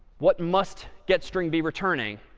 what must getstring be returning?